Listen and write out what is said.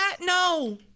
No